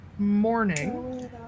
morning